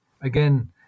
again